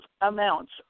amounts